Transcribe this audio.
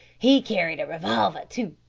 he carried a revolver, too,